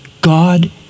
God